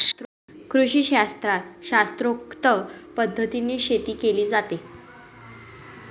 कृषीशास्त्रात शास्त्रोक्त पद्धतीने शेती केली जाते